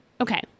Okay